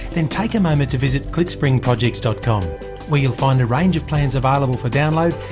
then take a moment to visit clickspringprojects dot com where you'll find a range of plans available for download,